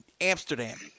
Amsterdam